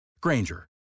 Granger